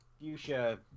fuchsia